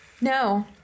No